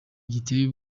giteye